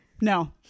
no